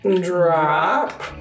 drop